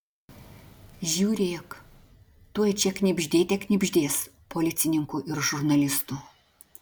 žiūrėk tuoj čia knibždėte knibždės policininkų ir žurnalistų